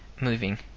moving